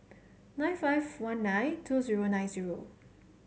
nine five one nine two zero nine zero